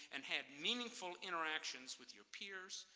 and had meaningful interactions with your peers,